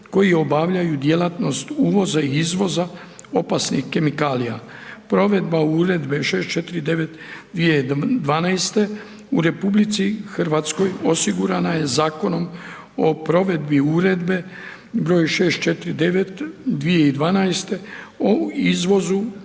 koji obavljaju djelatnost uvoza i izvoza opasnih kemikalija. Provedba Uredbe 649/2012 u Republici Hrvatskoj osigurana je Zakonom o provedbi Uredbe broj 649/2012 o izvozu